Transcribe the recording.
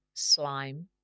slime